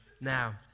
now